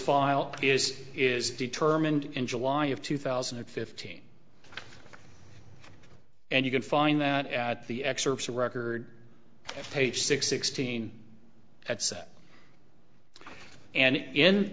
file is is determined in july of two thousand and fifteen and you can find that at the excerpts of record page six sixteen a